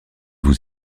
vous